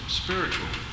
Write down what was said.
spiritual